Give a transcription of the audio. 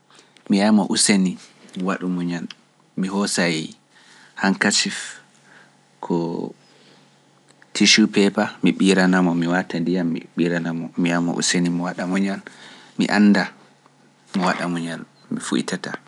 Mi wiyai mo useni waɗu muñal mi hosa yeyi hankasif ko tichu peepa mi ɓiranamo mi watta ndiyam mi ɓiranamo mi yawma useni mi waɗa muñal mi anda mi waɗa muñal mi fuytata.